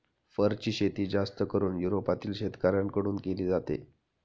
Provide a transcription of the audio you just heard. फरची शेती जास्त करून युरोपातील शेतकऱ्यांन कडून केली जाते